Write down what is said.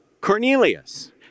Cornelius